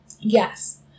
Yes